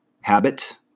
habit